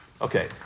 Okay